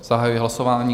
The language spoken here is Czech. Zahajuji hlasování.